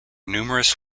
numerous